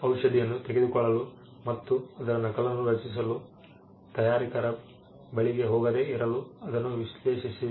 ಔಷಧಿಯನ್ನು ತೆಗೆದುಕೊಳ್ಳಲು ಮತ್ತು ಅದರ ನಕಲನ್ನು ರಚಿಸಲು ತಯಾರಕರ ಬಳಿಗೆ ಹೋಗದೇ ಇರಲು ಅದನ್ನು ವಿಶ್ಲೇಷಿಸಿ